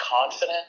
confident